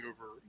over